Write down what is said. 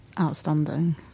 outstanding